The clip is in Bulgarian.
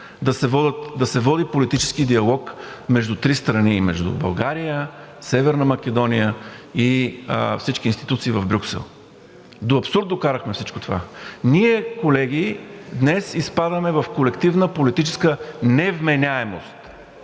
да се води политически диалог между три страни – между България, Северна Македония и всички институции в Брюксел. До абсурд докарахме всичко това! Ние, колеги, днес изпадаме в колективна политическа невменяемост